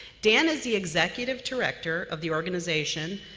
dan is the executive director of the organization,